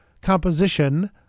composition